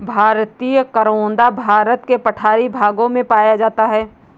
भारतीय करोंदा भारत के पठारी भागों में पाया जाता है